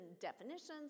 definitions